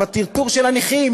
עם הטרטור של הנכים,